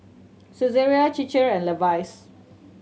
Saizeriya Chir Chir and Levi's